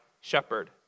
shepherd